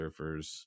surfers